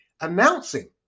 announcing